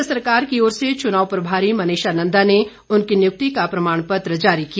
प्रदेश सरकार की ओर से चुनाव प्रभारी मनीषा नंदा ने उनकी नियुक्ति का प्रमाण पत्र जारी किया